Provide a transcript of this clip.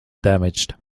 damaged